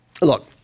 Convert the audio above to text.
Look